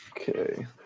Okay